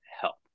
help